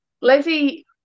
Lizzie